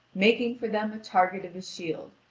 making for them a target of his shield,